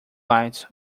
lights